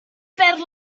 per